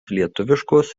lietuviškos